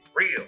real